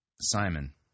Simon